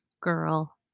girl